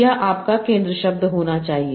यह आपका केंद्र शब्द होना चाहिए